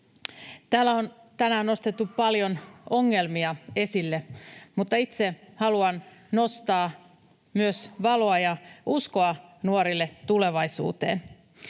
Täällä on tänään nostettu paljon ongelmia esille, mutta itse haluan nostaa myös valoa ja uskoa nuorille tulevaisuuteen.